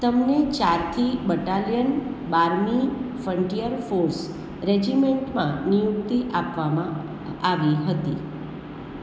તેમને ચારથી બટાલિયન બારમી ફ્રન્ટિયર ફોર્સ રેજિમેન્ટમાં નિયુક્તિ આપવામાં આવી હતી